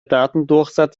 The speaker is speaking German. datendurchsatz